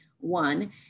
One